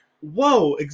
whoa